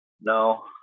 No